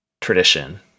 tradition